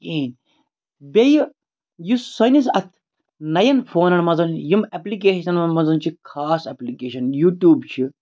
کِہیٖنۍ بیٚیہِ یُس سٲنِس اَتھ نَیَن فونَن منٛز یِم ایٚپلِکیشَن منٛز چھِ خاص ایپلِکیشَن یوٗٹیوٗب چھِ